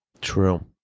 True